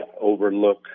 overlook